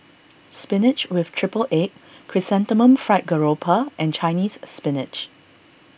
Spinach with Triple Egg Chrysanthemum Fried Garoupa and Chinese Spinach